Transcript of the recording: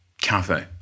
cafe